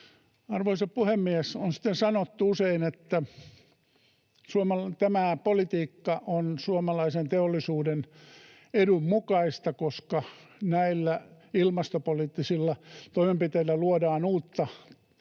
Arvoisa puhemies! Sitä on sanottu usein, että tämä politiikka on suomalaisen teollisuuden edun mukaista, koska näillä ilmastopoliittisilla toimenpiteillä luodaan uutta tuotantoa